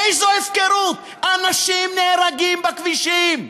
איזו הפקרות, אנשים נהרגים בכבישים.